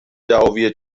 دعاوی